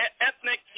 ethnic